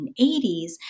1980s